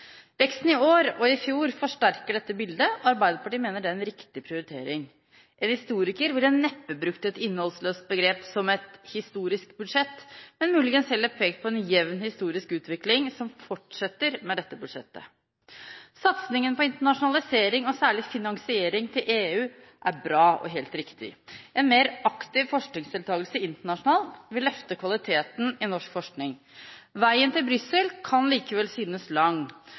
Veksten i år og i fjor forsterker dette bildet, og Arbeiderpartiet mener det er en riktig prioritering. En historiker ville neppe brukt et innholdsløst begrep som «et historisk budsjett», men muligens heller pekt på en jevn historisk utvikling, som fortsetter med dette budsjettet. Satsingen på internasjonalisering og særlig finansiering til EU er bra og helt riktig. En mer aktiv forskningsdeltagelse internasjonalt vil løfte kvaliteten i norsk forskning. Veien til Brussel kan likevel synes lang.